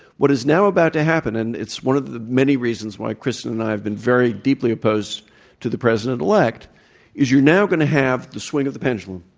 what is now about to happen, and it's one of the many reasons why kristen and i have been very deeply opposed to the president-elect is you're now going to have the swing of the pendulum.